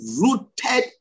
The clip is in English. rooted